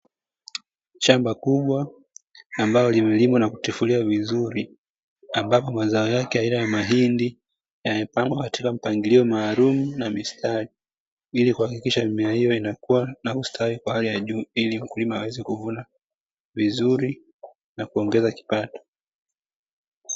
Shamba kubwa ambalo limelimwa na kutifuliwa vizuri ambapo mazao yake aina ya mahindi yamepangwa katika mpangilio maalumu na mistari ili kuhakikisha mimea hiyo inakuwa na ustawi wa hali ya juu ili mkulima aweze kuvuna vizuri na kuongeza kipato.